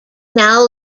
now